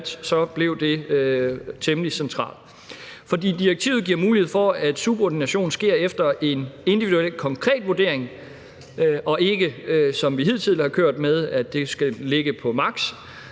det blev det temmelig centralt. For direktivet giver mulighed for, at subordinationen sker efter en individuel, konkret vurdering, og ikke som vi hidtil har kørt med, nemlig at det skal ligge på maks.